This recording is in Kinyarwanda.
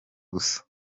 gusa